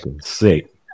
sick